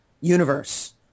universe